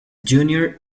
junior